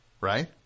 Right